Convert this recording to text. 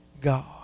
God